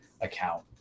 account